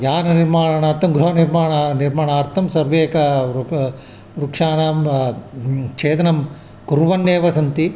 याननिर्माणार्थं गृहनिर्माणं निर्माणार्थं सर्वे एकं वृक्षं वृक्षाणां छेदनं कुर्वन्नेव सन्ति